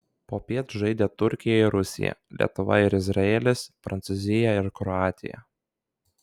popiet žaidė turkija ir rusija lietuva ir izraelis prancūzija ir kroatija